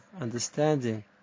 understanding